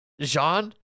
Jean